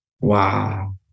Wow